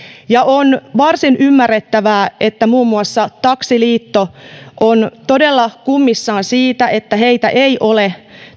ja on varsin ymmärrettävää että muun muassa taksiliitto on todella kummissaan siitä että heitä ei ole